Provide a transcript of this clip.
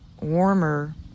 warmer